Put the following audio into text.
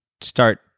start